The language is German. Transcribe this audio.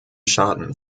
schaden